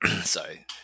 sorry